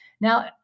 Now